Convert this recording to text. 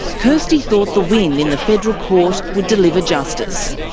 kairsty thought the win in the federal court would deliver justice.